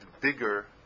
bigger